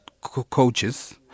coaches